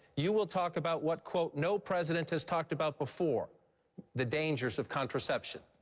you will talk about what, quote, no president has talked about before the dangers of contraception.